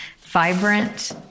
vibrant